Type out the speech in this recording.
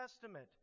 Testament